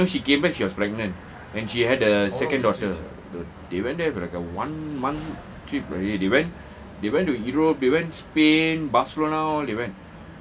next thing you know she came back she was pregnant and she had a second daughter they went there going like a one month trip they went they went to euro they went spain barcelona all they went